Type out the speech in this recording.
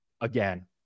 again